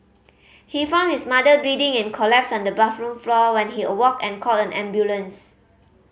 he found his mother bleeding and collapsed on the bathroom floor when he awoke and called an ambulance